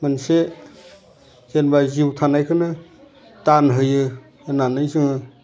मोनसे जेनबा जिउ थानायखौनो दान हायो होनानै जोङो